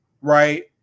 right